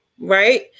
right